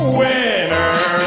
winner